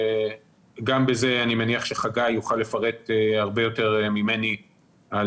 גם בזה אני מניח שחגי יוכל לפרט הרבה יותר ממני על